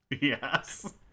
Yes